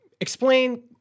explain